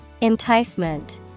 Enticement